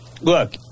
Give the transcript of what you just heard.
look